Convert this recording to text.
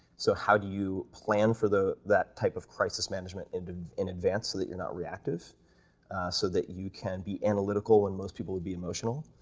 so how do you plan for that type of crisis management in in advance so that you're not reactive so that you can be analytical when most people would be emotional?